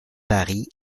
paris